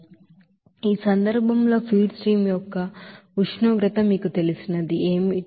కాబట్టి ఈ సందర్భంలో ఫీడ్ స్ట్రీమ్ యొక్క ఉష్ణోగ్రత మీకు తెలిసినది ఏమిటి